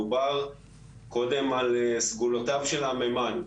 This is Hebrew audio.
דובר קודם על סגולותיו של המימן.